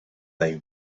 they